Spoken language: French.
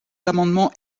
amendement